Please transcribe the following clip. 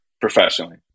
professionally